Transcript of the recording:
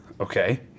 Okay